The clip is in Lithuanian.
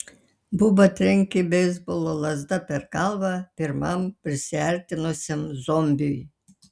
buba trenkė beisbolo lazda per galvą pirmam prisiartinusiam zombiui